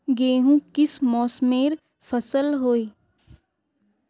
गेहूँ किस मौसमेर फसल होय?